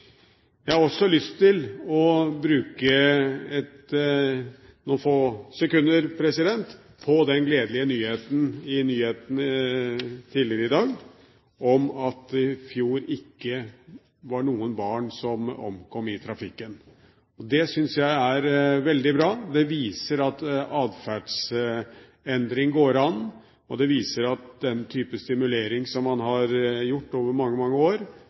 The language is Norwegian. Jeg har også lyst til å bruke noen få sekunder på den gledelige nyheten i dag om at det i fjor ikke var noen barn som omkom i trafikken. Det syns jeg er veldig bra. Det viser at atferdsendring går an, og det viser at den type stimulering som man har gjort over mange, mange år,